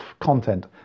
content